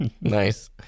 Nice